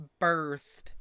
birthed